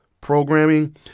programming